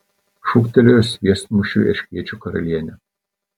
šūktelėjo sviestmušiui erškėčių karalienė